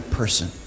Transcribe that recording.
person